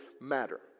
matter